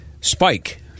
Spike